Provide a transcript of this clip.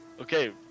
Okay